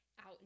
out